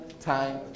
time